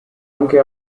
anche